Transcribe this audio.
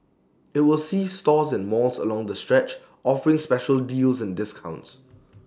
IT will see stores and malls along the stretch offering special deals and discounts